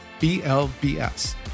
BLBS